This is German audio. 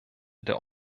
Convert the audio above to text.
der